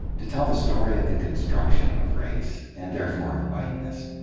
to tell the story of the construction of race, and therefore of whiteness,